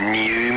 new